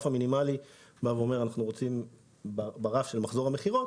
אנחנו רוצים ברף של מחזור המכירות